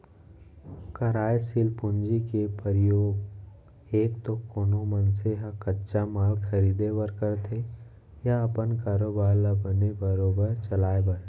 कारयसील पूंजी के परयोग एक तो कोनो मनसे ह कच्चा माल खरीदें बर करथे या अपन कारोबार ल बने बरोबर चलाय बर